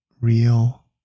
real